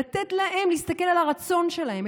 לתת להם להסתכל על הרצון שלהם,